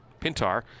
Pintar